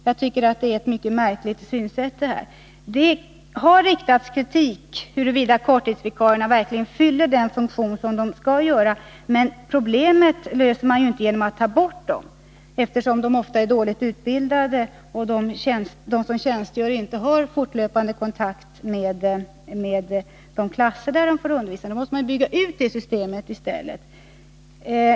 Jag tycker att det är ett mycket märkligt synsätt som statsrådet anlägger. Det har ifrågasatts huruvida korttidsvikarierna verkligen fyller den funktion som de skall fylla, eftersom de ofta är dåligt utbildade och de som tjänstgör inte har fortlöpande kontakt med de klasser där de får undervisa. Men problemet löser man ju inte genom att ta bort dem — man måste i stället bygga ut det systemet.